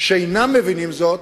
שאינם מבינים זאת,